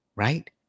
Right